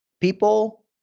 people